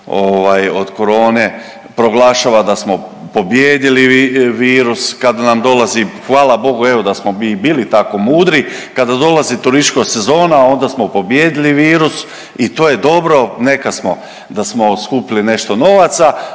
od korone proglašava da smo pobijedili virus. Kad nam dolazi, hvala Bogu evo da smo mi i bili tako mudri, kada dolazi turistička sezona onda smo pobijedili virus i to je dobro, neka smo, da smo skupili nešto novaca,